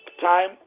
Time